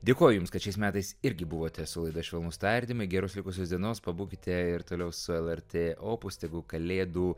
dėkoju jums kad šiais metais irgi buvote su laida švelnūs tardymai geros likusios dienos pabūkite ir toliau su lrt opus tegu kalėdų